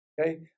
Okay